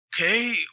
Okay